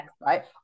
right